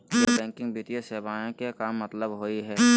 गैर बैंकिंग वित्तीय सेवाएं के का मतलब होई हे?